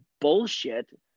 bullshit